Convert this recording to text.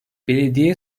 belediye